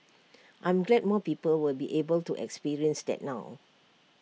I'm glad more people will be able to experience that now